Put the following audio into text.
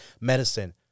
Medicine